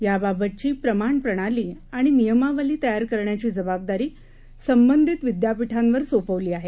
याबाबतचीप्रमाणप्रणालीआणिनियमावलीतयारकरण्याचीजबाबदारीसंबंधितविद्यापीठांवरसोपवलीआहे